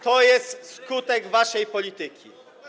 To jest skutek waszej polityki.